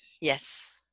Yes